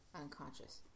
unconscious